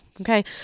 Okay